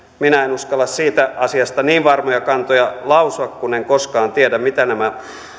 minä en uskalla siitä asiasta niin varmoja kantoja lausua kun en koskaan tiedä mitä nämä